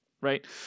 right